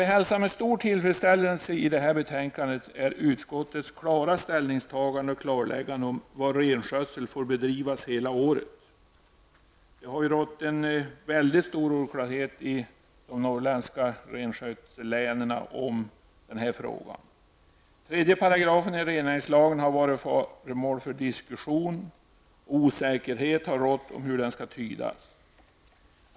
Vi hälsar med stor tillfredsställelse utskottets klara ställningstagande och klarläggande i det här betänkandet om var renskötsel får bedrivas hela året. Det har rått stor oklarhet i de norrländska renskötsellänen i den frågan. 3 § i rennäringslagen har varit föremål för diskussion, och osäkerhet har rått om hur den skall tydas.